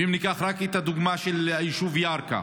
אם ניקח רק את הדוגמה של היישוב ירכא,